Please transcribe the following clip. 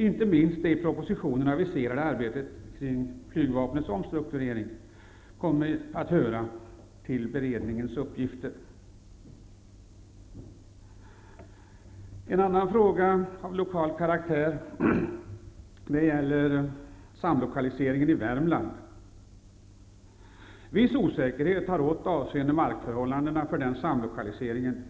Inte minst det i propositionen aviserade arbetet kring flygvapnets omstrukturering kommer att höra till beredningens uppgifter. En annan fråga av lokal karaktär gäller samlokaliseringen i Värmland. Viss osäkerhet har rått avseende markförhållandena för samlokaliseringen